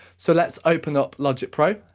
so let's open up logic pro,